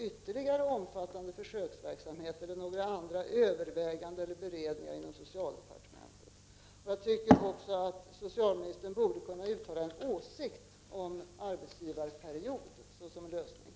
= ytterligare omfattande försöksverksamhet eller några andra överväganden eller beredningar inom socialdepartementet. Socialministern borde kunna uttala en åsikt om arbetsgivarperiod såsom en lösning.